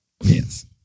Yes